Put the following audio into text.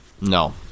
No